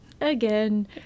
Again